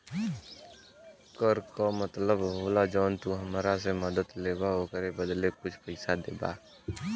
कर का मतलब होला जौन तू हमरा से मदद लेबा ओकरे बदले कुछ पइसा देबा